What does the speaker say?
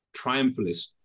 triumphalist